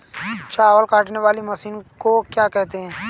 चावल काटने वाली मशीन को क्या कहते हैं?